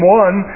one